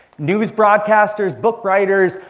news broadcasters, book writers,